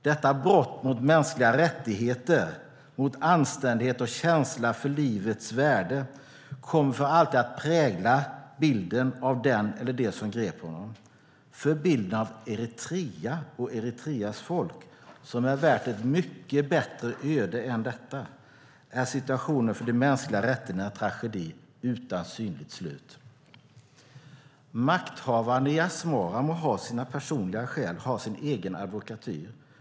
Detta brott mot mänskliga rättigheter, mot anständighet och känsla för livets värde kommer för alltid att prägla bilden av den eller dem som grep honom. För Eritrea och Eritreas folk, som är värt ett mycket bättre öde än detta, är situationen för de mänskliga rättigheterna en tragedi utan synligt slut. Makthavarna i Asmara må ha sina personliga skäl och sin egen advokatyr.